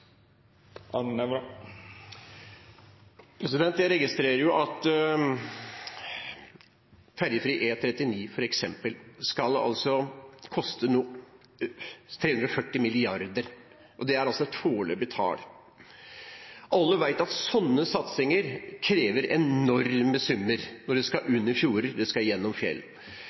Jeg registrerer at f.eks. ferjefri E39 skal koste 340 mrd. kr., og det er altså et foreløpig tall. Alle vet at sånne satsinger krever enorme summer, når en skal under fjorder og gjennom fjell.